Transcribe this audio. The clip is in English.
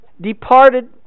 departed